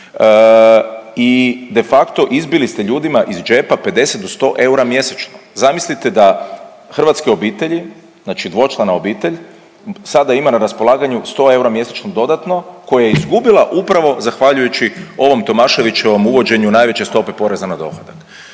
I de facto izbili ste ljudima iz džepa 50 do 100 eura mjesečno. Zamislite da hrvatske obitelji, znači dvočlana obitelj sada ima na raspolaganju 100 eura mjesečno dodatno koje je izgubila upravo zahvaljujući ovom Tomaševićevom uvođenju najveće stope poreza na dohodak.